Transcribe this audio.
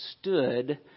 stood